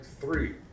three